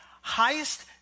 highest